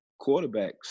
quarterbacks